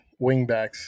wingbacks